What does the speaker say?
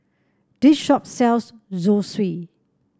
this shop sells Zosui